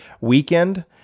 weekend